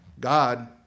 God